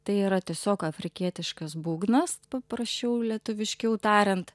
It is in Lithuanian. tai yra tiesiog afrikietiškas būgnas papraščiau lietuviškiau tariant